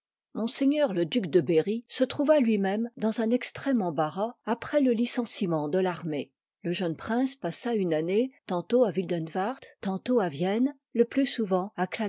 monseigneur le duc de berry se trouva liv lll lui iïième dans un extrême embarras après le licenciement de tarmëe le jeune prince passa une année tantôt à wildenwarth tantôt à vienne le plus souvent